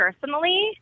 personally